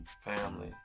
family